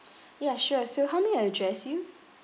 ya sure so how may I address you